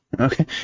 Okay